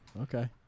Okay